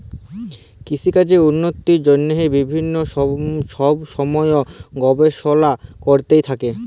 কিসিকাজের উল্লতির জ্যনহে বিভিল্ল্য ছব ছময় গবেষলা চলতে থ্যাকে